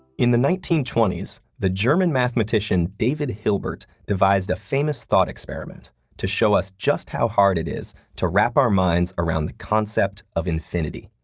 in the nineteen twenty s, the german mathematician david hilbert devised a famous thought experiment to show us just how hard it is to wrap our minds around the concept of infinity.